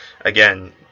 again